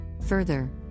Further